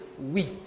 weak